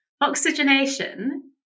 Oxygenation